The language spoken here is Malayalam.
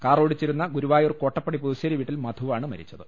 കാറോടിച്ചിരുന്ന ഗുരുവായൂർ കോട്ടപ്പടി പുതുശ്ശേരി വീട്ടിൽ മധുവാണ് മരിച്ചത്